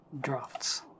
drafts